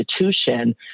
institution